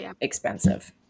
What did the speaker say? expensive